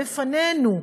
בפנינו,